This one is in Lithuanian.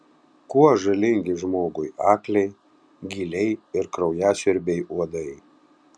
kuo žalingi žmogui akliai gyliai ir kraujasiurbiai uodai